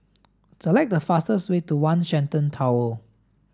select the fastest way to One Shenton Tower